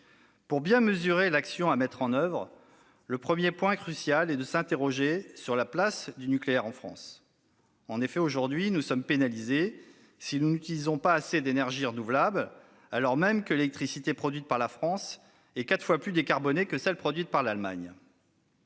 Pour bien mesurer l'action à mettre en oeuvre, le premier point crucial est de s'interroger sur la place du nucléaire en France. Aujourd'hui, nous sommes pénalisés si nous n'utilisons pas assez d'énergies renouvelables alors même que l'électricité produite par la France est quatre fois plus décarbonée que celle qui est produite par l'Allemagne.